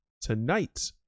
tonight